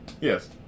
yes